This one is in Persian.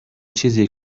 چیزیه